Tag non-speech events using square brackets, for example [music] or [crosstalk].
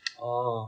[noise] oh